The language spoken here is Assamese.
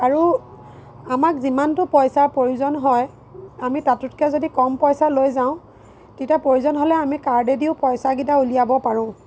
আৰু আমাক যিমানটো পইচাৰ প্ৰয়োজন হয় আমি তাতোতকৈ যদি কম পইচা লৈ যাওঁ তেতিয়া প্ৰয়োজন হ'লে কাৰ্ডেদিও আমি পইচাকেইটা উলিয়াব পাৰোঁ